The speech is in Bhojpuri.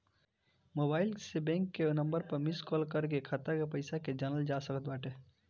मोबाईल से बैंक के नंबर पअ मिस काल कर के खाता के पईसा के जानल जा सकत बाटे